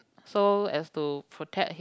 so as to protect him